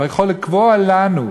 ויכול לקבוע לנו,